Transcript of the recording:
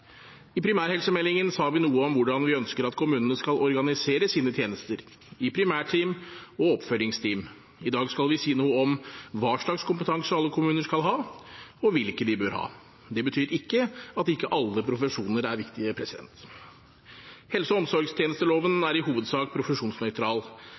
I primærhelsemeldingen sa vi noe om hvordan vi ønsker at kommunene skal organisere sine tjenester, i primærteam og oppfølgingsteam. I dag skal vi si noe om hva slags kompetanse alle kommuner skal ha, og hvilke de bør ha. Dette betyr ikke at ikke alle profesjoner er viktige. Helse- og omsorgstjenesteloven